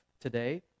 today